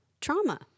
trauma